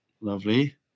Lovely